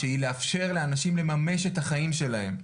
שהיא לאפשר לאנשים לממש את החיים שלהם.